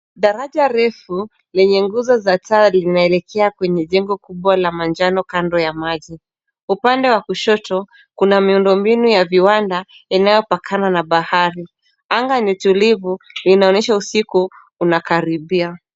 Daraja reefu lenye nguzo za taa linaelekea kwenye jengo kubwa la manjano kando ya maji. Upande wa kushoto, kuna miundo mbinu ya viwanda, inayopakana na bahari. Anga ni tulivu na inaonyesha usiku unakaribia.